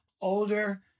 older